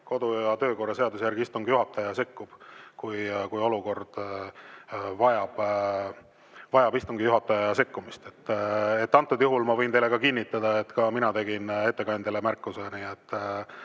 kodu- ja töökorra seaduse järgi istungi juhataja sekkub, kui olukord vajab istungi juhataja sekkumist. Antud juhul ma võin teile kinnitada, et ka mina tegin ettekandjale märkuse.